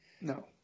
No